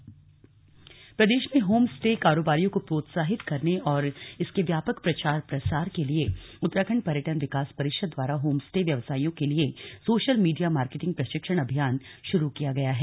home stay प्रदेश में home stay कारोबारियों को प्रोत्साहित करने और इसके व्यापक प्रचार प्रसार के लिए उत्तराखण्ड पर्यटन विकास परिषद् द्वारा होम स्टे व्यवसाइयों के लिए सोशल मीडिया मार्केटिंग प्रशिक्षण अभियान शुरू किया गया है